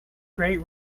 great